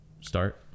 start